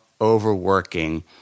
overworking